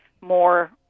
more